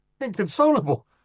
inconsolable